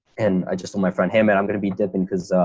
and i just saw my friend hey, man, i'm going to be dipping because i